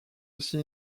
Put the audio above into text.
aussi